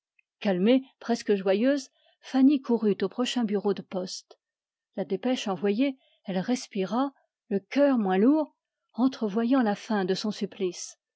fanny courut au prochain bureau de poste la dépêche envoyée elle respira le cœur moins lourd entrevoyant la fin de son supplice